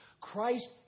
Christ